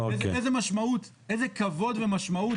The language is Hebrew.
איזה כבוד ומשמעות,